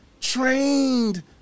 Trained